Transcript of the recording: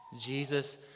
Jesus